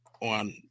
on